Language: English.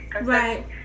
Right